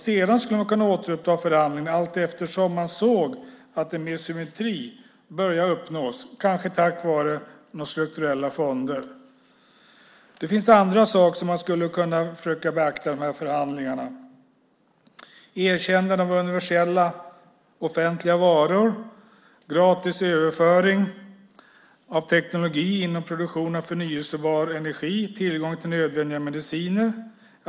Sedan skulle man kunna återuppta förhandlingarna allteftersom man såg att mer symmetri börjar uppnås, kanske tack vare några strukturella fonder. Det finns andra saker som man skulle kunna försöka beakta i de här förhandlingarna, till exempel erkännande av universella offentliga varor, gratis överföring av teknologi inom produktion av förnybar energi och tillgång till nödvändiga mediciner.